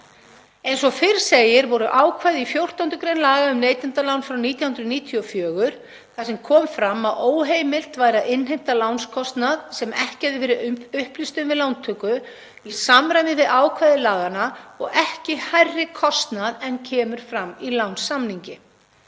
Eins og fyrr segir voru ákvæði 14. gr. laga um neytendalán frá 1994 þar sem kom fram að óheimilt væri að innheimta lánskostnað sem ekki hefði verið upplýst um við lántöku í samræmi við ákvæði laganna og ekki hærri kostnað en kemur fram í lánssamningi.